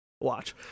Watch